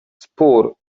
spór